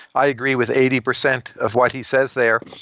i agree with eighty percent of what he says there.